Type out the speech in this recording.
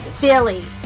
Billy